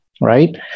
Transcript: right